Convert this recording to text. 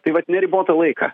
tai vat neribotą laiką